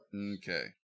Okay